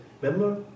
remember